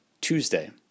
Tuesday